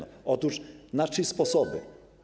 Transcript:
Otóż na trzy sposoby.